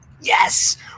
yes